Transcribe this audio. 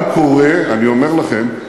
אני אומר לכם,